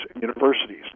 universities